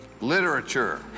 Literature